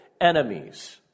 enemies